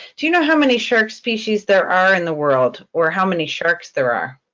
do you know how many sharks species there are in the world or how many sharks there are?